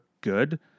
good